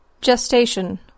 Gestation